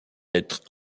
être